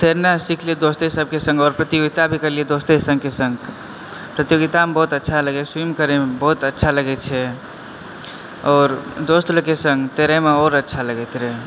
तैरनाइ सिखलियै दोस्ते सभकेँ संग आओर प्रतियोगिता भी करलियै दोस्ते सभके सङग प्रतियोगितामे बहुत अच्छा लगैत छै स्विम करयमे बहुत अच्छा लगय छै आओर दोस्त लोगके सङग तैरयमे आओर अच्छा लगैत रहय